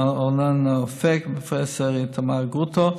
ארנון אפק ופרופ' איתמר גרוטו.